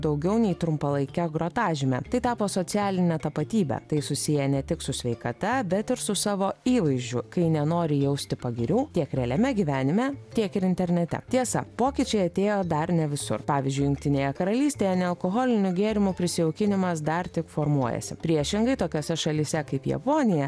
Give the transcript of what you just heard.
daugiau nei trumpalaike grotažyme tai tapo socialine tapatybe tai susiję ne tik su sveikata bet ir su savo įvaizdžiu kai nenori jausti pagirių tiek realiame gyvenime tiek ir internete tiesa pokyčiai atėjo dar ne visur pavyzdžiui jungtinėje karalystėje nealkoholinių gėrimų prisijaukinimas dar tik formuojasi priešingai tokiose šalyse kaip japonija